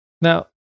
Now